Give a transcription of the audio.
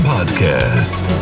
Podcast